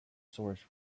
source